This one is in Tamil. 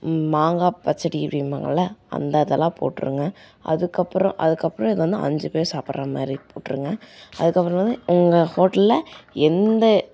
மாங்காய் பச்சடி அப்டிம்பாங்கள்ல அந்த அதல்லாம் போட்டுருங்க அதுக்கப்புறம் அதுக்கப்புறம் இது வந்து அஞ்சு பேர் சாப்பிட்ற மாதிரி போட்டுருங்க அதுக்கப்பறமேல் உங்கள் ஹோட்டலில் எந்த